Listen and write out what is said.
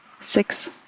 six